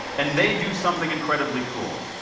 and they do something incredibly cool.